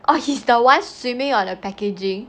oh he's the one swimming on the packaging